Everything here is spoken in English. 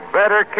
better